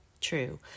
true